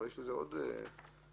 יכולות לזה עוד אכסניות.